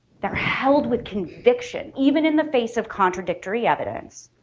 they're held with conviction even in the face of contradictory evidence,